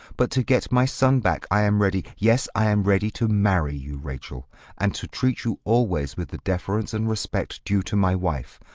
but to get my son back i am ready yes, i am ready to marry you, rachel and to treat you always with the deference and respect due to my wife.